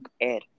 air